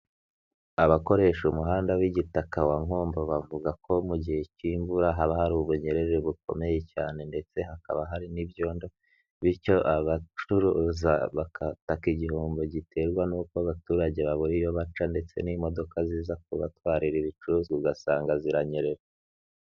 Abakoresha umuhanda w'igitaka wa Nkombo bavuga ko mu gihe cy'imvura haba hari ubunyerere bukomeye cyane ndetse hakaba hari n'ibyondo, bityo abacuruza bataka igihombo giterwa n'uko abaturage babura iyo baca ndetse n'imodoka ziza kubatwarira ibicuruzwa, ugasanga ziranyerera.